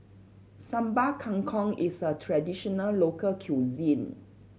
Sambal Kangkong is a traditional local cuisine